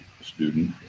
student